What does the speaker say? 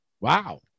Wow